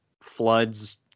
floods